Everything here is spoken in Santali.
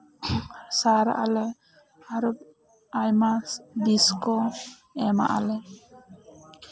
ᱥᱟᱨᱟᱜ ᱟᱞᱮ ᱟᱨ ᱟᱭᱢᱟ ᱵᱤᱥ ᱠᱚ ᱮᱢᱟᱜ ᱟᱞᱮ